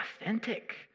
authentic